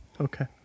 Okay